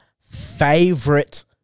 favorite